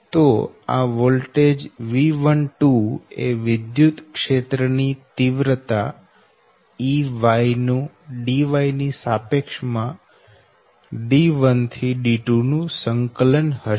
તો આ voltage V12 એ વિદ્યુતક્ષેત્ર ની તીવ્રતા Ey નું dy ની સાપેક્ષ માં D1 થી D2 નું સંકલન હશે